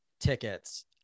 tickets